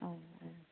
औ औ